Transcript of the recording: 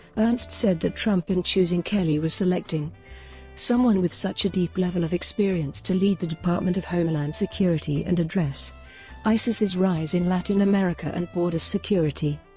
ernst said that trump in choosing kelly was selecting someone with such a deep level of experience to lead the department of homeland security and address isis's rise in latin america and border security.